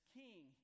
king